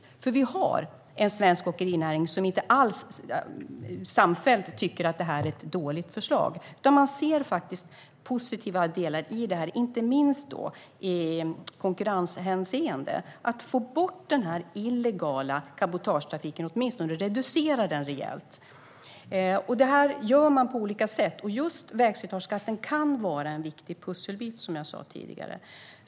Vi har nämligen en svensk åkerinäring som inte alls samfällt tycker att detta är ett dåligt förslag. Man ser faktiskt positiva delar i detta, inte minst i konkurrenshänseende, när det gäller att få bort den illegala cabotagetrafiken eller åtminstone reducera den rejält. Detta görs på olika sätt. Just vägslitageskatten kan vara en viktig pusselbit, som jag sa tidigare.